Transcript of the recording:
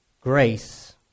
grace